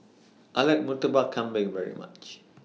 I like Murtabak Kambing very much